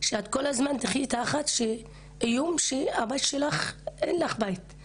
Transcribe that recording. תחשבי שאת כל הזמן תחיי תחת איום שהבית שלך לא יהיה קיים יותר,